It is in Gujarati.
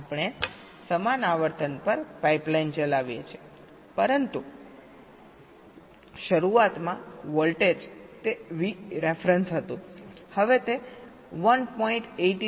આપણે સમાન આવર્તન પર પાઇપલાઇન ચલાવીએ છીએ પરંતુ શરૂઆતમાં વોલ્ટેજ તે Vref હતું હવે તે 1